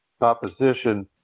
opposition